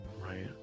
Right